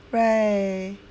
right